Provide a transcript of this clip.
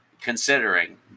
considering